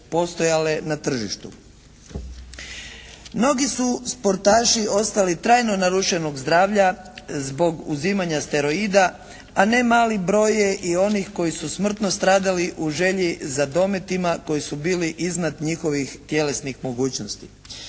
Mnogi su sportaši ostali trajno narušenog zdravlja zbog uzimanja steroida a nemali broj je i onih koji su smrtno stradali u želji za dometima koji su bili iznad njihovih tjelesnih mogućnosti.